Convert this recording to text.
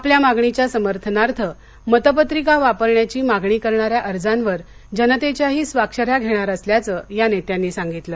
आपल्या मागणीच्या समर्थनार्थ मतपत्रिका वापरण्याची मागणी करणाऱ्या अर्जावर जनतेच्याही स्वाक्षऱ्या घेणार असल्याचं या नेत्यांनी सांगितलं